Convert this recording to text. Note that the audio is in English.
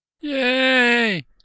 Yay